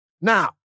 Now